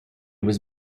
was